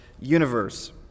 universe